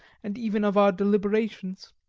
and even of our deliberations.